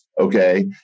Okay